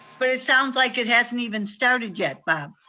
but it sounds like it hasn't even started yet, bob.